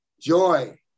joy